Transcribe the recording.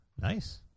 Nice